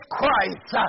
Christ